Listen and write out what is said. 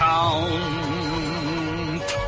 Count